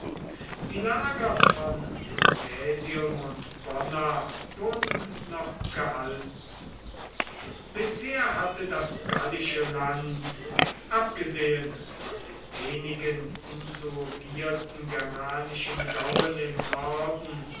die lager von novaesium und bonna wurden noch gehalten bisher hatte das gallische land abgesehen von den wenigen insurgierten germanischen gauen im norden